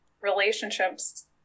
relationships